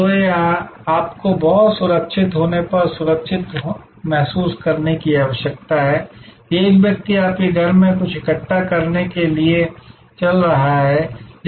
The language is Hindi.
तो आपको बहुत सुरक्षित होने और सुरक्षित महसूस करने की आवश्यकता है कि एक व्यक्ति आपके घर में कुछ इकट्ठा करने के लिए चल रहा है